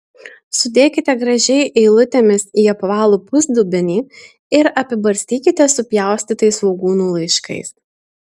sudėkite gražiai eilutėmis į apvalų pusdubenį ir apibarstykite supjaustytais svogūnų laiškais